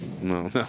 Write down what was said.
No